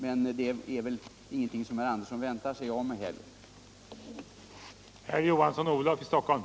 Men det är väl ingenting som herr Andersson väntar sig av mig heller.